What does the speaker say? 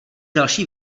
další